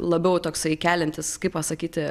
labiau toksai keliantis kaip pasakyti